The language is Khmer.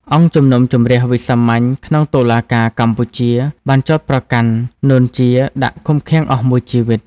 អង្គជំនុំជម្រះវិសាមញ្ញក្នុងតុលាការកម្ពុជា បានចោទប្រកាន់ នួន ជា ដាក់ឃុំឃាំងអស់មួយជីវិត។